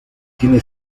tiene